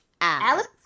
Alex